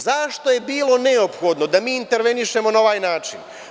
Zašto je bilo neophodno da mi intervenišemo na ovaj način?